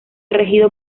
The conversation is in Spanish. regido